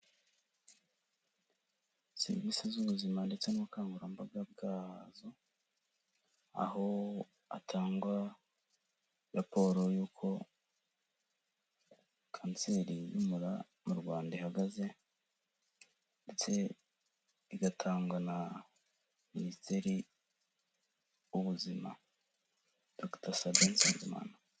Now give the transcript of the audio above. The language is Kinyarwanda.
Service z'ubuzima ndetse n'ubukangurambaga bwazo, aho hatangwa raporo y'uko kanseri y'umura mu Rwanda ihagaze ndetse igatangwa na minisiteri w'ubuzima Dr. Sabin Nsenzimana.